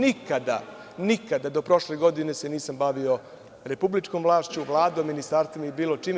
Nikada, nikada do prošle godine se nisam bavio republičkom vlašću, Vladom, ministarstvom, ni bilo čime.